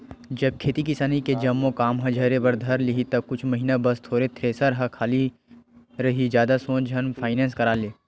जब खेती किसानी के जम्मो काम ह झरे बर धर लिही ता कुछ महिना बस तोर थेरेसर ह खाली रइही जादा सोच झन फायनेंस करा ले